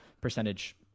percentage